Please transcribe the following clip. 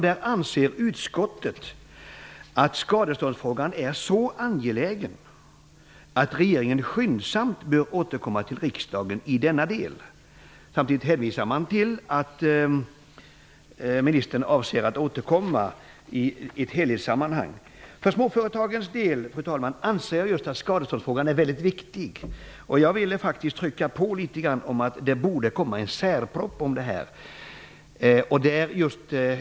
Utskottet ansåg att skadeståndsfrågan är så angelägen att regeringen skyndsamt bör återkomma till riksdagen i denna del. Samtidigt hänvisade man till att ministern avser att återkomma i ett helhetssammanhang. För småföretagens del är skadeståndsfrågan väldigt viktig. Jag vill faktiskt trycka på att det bör komma en särproposition om detta.